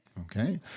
okay